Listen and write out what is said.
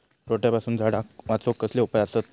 रोट्यापासून झाडाक वाचौक कसले उपाय आसत?